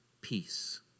peace